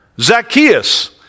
Zacchaeus